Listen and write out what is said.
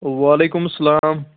وعلیکُم اَسَلام